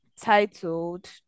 titled